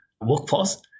workforce